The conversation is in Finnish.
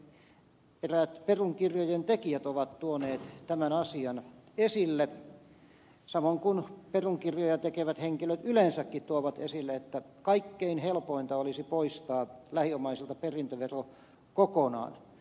eräät perunkirjojen tekijät ovat tuoneet tämän asian esille samoin kuin perunkirjoja tekevät henkilöt yleensäkin tuovat esille että kaikkein helpointa olisi poistaa lähiomaisilta perintövero kokonaan